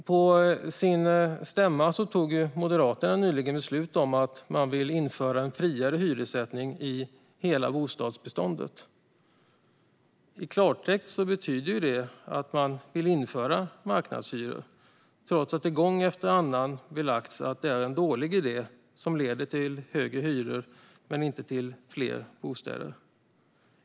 På sin stämma fattade Moderaterna nyligen beslut om att man vill införa en friare hyressättning i hela bostadsbeståndet. I klartext betyder detta att man vill införa marknadshyror, trots att det gång efter annan har belagts att det är en dålig idé, som leder till högre hyror men inte till fler bostäder.